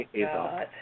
God